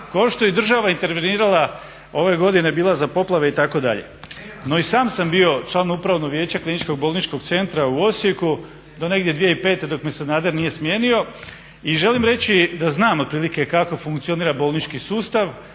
kao što je i država intervenirala ove godine bila za poplave itd. No i sam sam bio član Upravnog vijeća Kliničkog bolničkog centra u Osijeku do negdje 2005. dok me Sanader nije smijenio. I želim reći da znam otprilike kako funkcionira bolnički sustav,